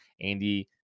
Andy